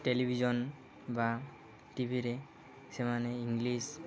television ବା ଟିଭିରେ ସେମାନେ ଇଂଲିଶ୍